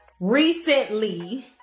recently